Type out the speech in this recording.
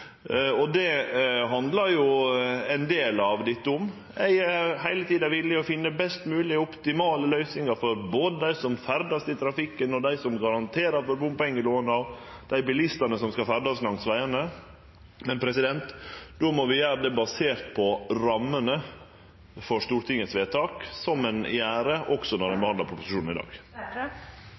ho. Det handlar ein del av dette om. Eg er heile tida villig til å finne best moglege, optimale løysingar for dei som ferdast i trafikken, dei som garanterer for bompengelåna, og dei bilistane som skal ferdast langs vegane. Men då må vi gjere det basert på rammene for Stortingets vedtak, slik vi også gjer når vi behandlar proposisjonen i dag.